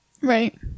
Right